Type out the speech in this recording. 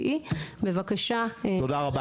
מעמד האישה ולשוויון מגדרי): << יור >> תם ולא